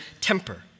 temper